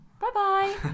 Bye-bye